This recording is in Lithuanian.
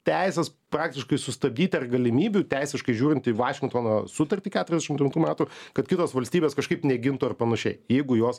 teisės praktiškai sustabdyti ar galimybių teisiškai žiūrint į vašingtono sutartį keturiasdešim devintų metų kad kitos valstybės kažkaip negintų ar panašiai jeigu jos